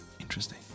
Interesting